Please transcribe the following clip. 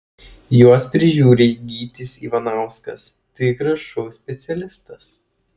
juos prižiūri gytis ivanauskas tikras šou specialistas